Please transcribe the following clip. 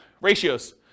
Ratios